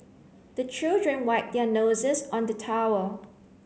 the children wipe their noses on the towel